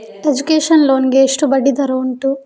Education loan ಗೆ ಎಷ್ಟು ಬಡ್ಡಿ ದರ ಉಂಟು?